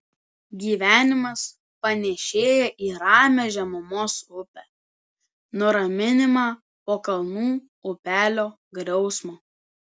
gyvenimas panėšėja į ramią žemumos upę nuraminimą po kalnų upelių griausmo